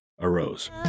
arose